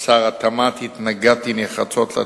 שר התמ"ת, התנגדתי נחרצות לתוכנית.